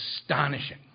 astonishing